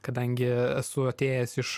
kadangi esu atėjęs iš